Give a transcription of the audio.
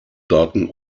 daten